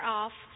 off